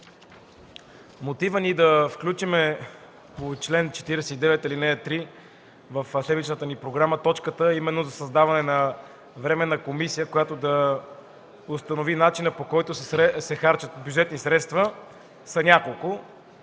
мотивите ни да включим по чл. 49, ал. 3 в седмичната ни програма точката за създаване на Временна комисия, която да установи начина, по който се харчат бюджетни средства, са няколко.